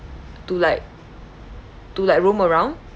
to like to like roam around